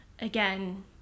again